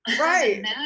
Right